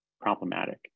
problematic